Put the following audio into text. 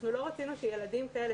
לא רצינו שילדים כאלה,